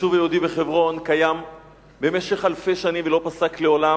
היישוב היהודי בחברון קיים במשך אלפי שנים ולא פסק מעולם,